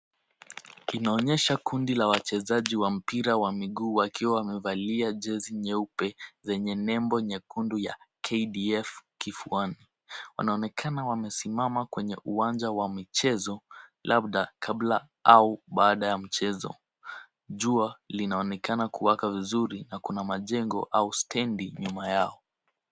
Inaonyesha kundi la wachezaji wa mpira wa miguu wakiwa wamevalia jezi nyeupe zenye nembo nyekundu ya KDF kifuani. Wanaonekana wamesimama kwenye uwanja wa michezo, labda kabla, au baada ya mchezo. Jua linaonekana kuwaka vizuri na kuna majengo au stendi nyuma yao.